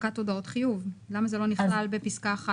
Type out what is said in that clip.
"הפקת הודעות חיוב" למה זה לא נכלל בפסקה (1),